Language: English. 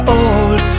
old